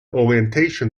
orientation